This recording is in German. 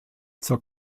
zur